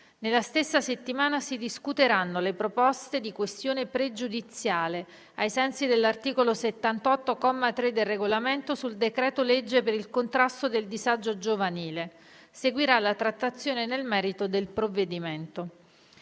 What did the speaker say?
Nella stessa settimana si discuteranno le proposte di questione pregiudiziale, ai sensi dell'articolo 78, comma 3, del Regolamento, sul decreto-legge per il contrasto del disagio giovanile. Seguirà la trattazione nel merito del provvedimento.